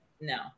no